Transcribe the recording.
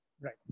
Right